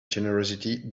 generosity